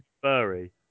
furry